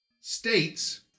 states